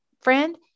friend